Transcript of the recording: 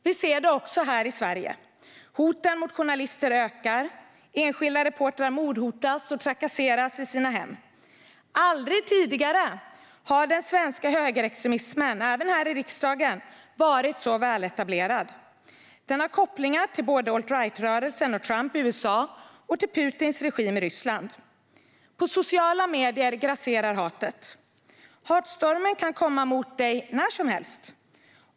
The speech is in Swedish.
Vi ser det också här i Sverige. Hoten mot journalister ökar, och enskilda reportrar mordhotas och trakasseras i sina hem. Aldrig tidigare har den svenska högerextremismen, även här i riksdagen, varit så väletablerad. Den har kopplingar till både alt-right-rörelsen och Trump i USA och till Putins regim i Ryssland. På sociala medier grasserar hatet. Hatstormen kan komma mot dig när som helst.